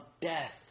death